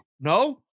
No